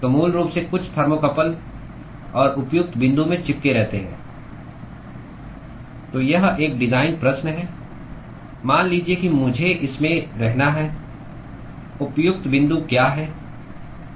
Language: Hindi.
तो मूल रूप से कुछ थर्मोकपल और उपयुक्त बिंदु में चिपके रहते हैं तो यह एक डिज़ाइन प्रश्न है मान लीजिए कि मुझे इसमें रहना है उपयुक्त बिंदु क्या है